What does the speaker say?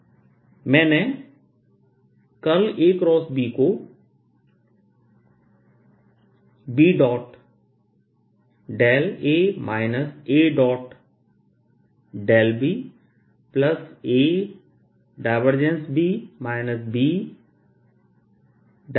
3dV ABBA ABAB BA मैंने AB को BA ABAB BA के रूप में लिखा है